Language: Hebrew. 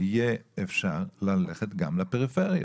יהיה אפשר ללכת גם לפריפריות.